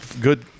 good